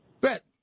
bet